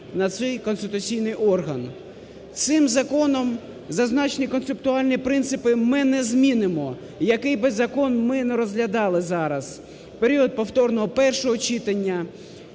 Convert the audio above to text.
на цей конституційний орган. Цим законом зазначені концептуальні принципи ми не змінимо, який би закон ми не розглядали зараз, в період повторного першого читання